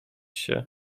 się